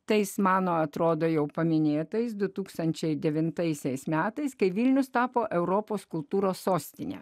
tais mano atrodo jau paminėtais du tūkstančiai devintaisiais metais kai vilnius tapo europos kultūros sostine